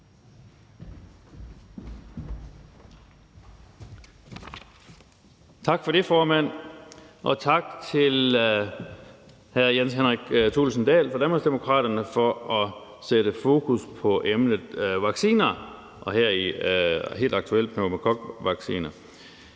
Tak for det, formand, og tak til hr. Jens Henrik Thulesen Dahl fra Danmarksdemokraterne for at sætte fokus på emnet vacciner, og her helt aktuelt pneumokokvacciner.